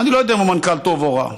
אני לא יודע אם המנכ"ל טוב או רע.